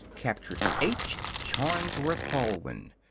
captured h. charnsworth baldwin.